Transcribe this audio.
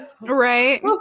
Right